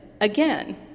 again